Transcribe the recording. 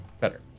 Better